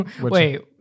Wait